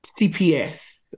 CPS